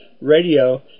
radio